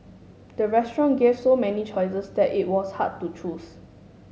the restaurant gave so many choices that it was hard to choose